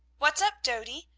what's up, dody?